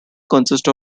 consists